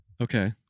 Okay